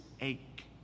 ache